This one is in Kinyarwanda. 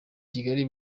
kigali